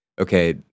okay